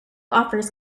offers